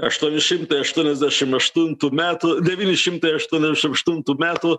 aštuoni šimtai aštuoniasdešim aštuntų metų devyni šimtai aštuoniasdešim aštuntų metų